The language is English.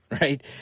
right